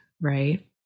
right